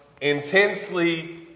intensely